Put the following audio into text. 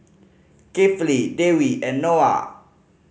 Kifli Dewi and Noah